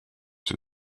too